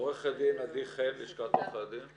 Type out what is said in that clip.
עורכת דין עדי חן, לשכת עורכי הדין.